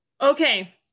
Okay